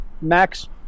Max